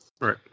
Right